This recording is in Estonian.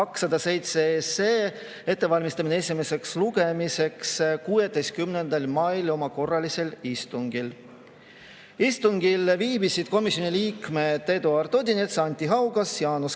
207 ettevalmistamist esimeseks lugemiseks 16. mail oma korralisel istungil. Istungil viibisid komisjoni liikmed Eduard Odinets, Anti Haugas, Jaanus